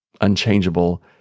unchangeable